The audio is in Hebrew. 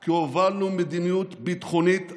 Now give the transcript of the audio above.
כי הובלנו מדיניות ביטחונית אחרת,